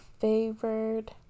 favored